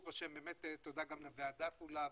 תודה לוועדה כולה,